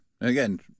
again